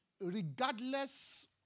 regardless